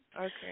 Okay